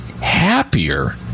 happier